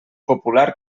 popular